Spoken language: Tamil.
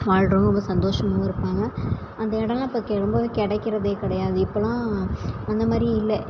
வாழ்கிறவங்க ரொம்ப சந்தோஷமாக இருப்பாங்க அந்த இடலாம் இப்போ ரொம்பவே கிடைக்கிறதே கிடையாது இப்போல்லாம் அந்த மாதிரி இல்லை